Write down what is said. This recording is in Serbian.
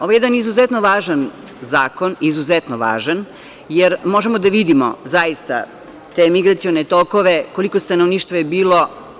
Ovo je jedan izuzetno važan zakon, izuzetno važan, jer možemo da vidimo, zaista, te migracione tokove, koliko stanovništva je bilo.